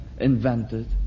invented